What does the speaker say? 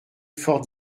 fort